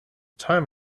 time